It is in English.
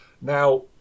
Now